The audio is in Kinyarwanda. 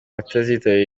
bazitabira